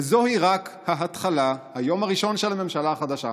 וזוהי רק ההתחלה, היום הראשון של הממשלה החדשה.